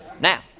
Now